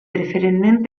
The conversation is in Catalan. preferentment